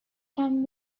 can